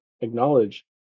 acknowledge